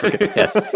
Yes